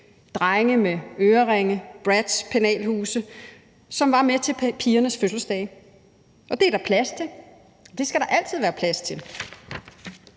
drenge med øreringe og Bratz-penalhuse, som var med til pigernes fødselsdage. Det er der plads til, og det skal der altid være plads til.